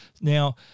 Now